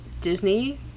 Disney